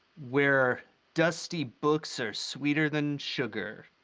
where dusty books are sweeter than sugar.